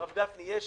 הרב גפני, יש